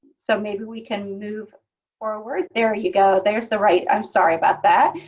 so maybe we can move forward. there you go. there's the right i'm sorry about that.